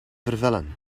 vervellen